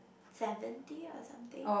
seventy or something